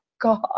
God